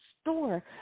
store